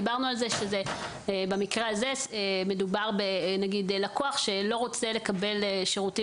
דיברנו על כך שבמקרה הזה מדובר למשל בלקוח שלא רוצה לקבל שירותים